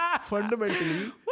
fundamentally